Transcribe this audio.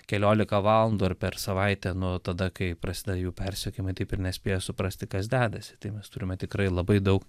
keliolika valandų ar per savaitę nu tada kai prasideda jų persekiojimai taip ir nespėję suprasti kas dedasi tai mes turime tikrai labai daug